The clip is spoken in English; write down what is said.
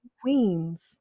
Queens